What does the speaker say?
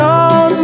on